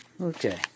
Okay